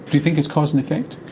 do you think it's cause and effect?